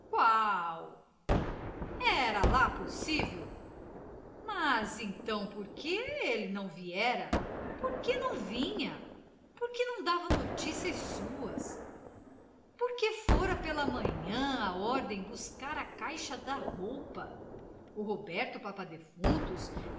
qual era lá possível mas então por que ele não viera por que não vinha por que não dava noticias suas por que fora pela manhã à ordem buscar a caixa da roupa o roberto papa defuntos